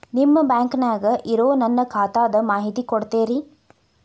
ನಿಮ್ಮ ಬ್ಯಾಂಕನ್ಯಾಗ ಇರೊ ನನ್ನ ಖಾತಾದ ಮಾಹಿತಿ ಕೊಡ್ತೇರಿ?